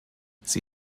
sie